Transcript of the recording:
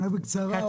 אדבר בקצרה.